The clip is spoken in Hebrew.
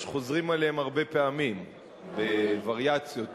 אבל שחוזרים עליהם הרבה פעמים בווריאציות מסוימות.